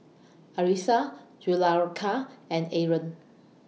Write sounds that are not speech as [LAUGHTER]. Arissa [UNINTELLIGIBLE] and Aaron